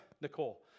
Nicole